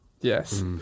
Yes